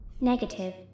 negative